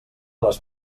les